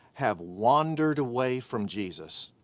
have wandered away from jesus.